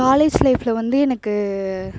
college லைஃப்பில் வந்து எனக்கு